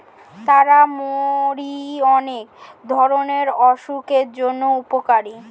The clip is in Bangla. তারা মৌরি অনেক ধরণের অসুখের জন্য উপকারী